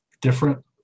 different